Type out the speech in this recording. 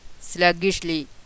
sluggishly